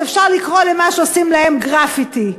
אפשר לקרוא למה שעושים להם "גרפיטי"?